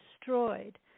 destroyed